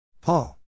Paul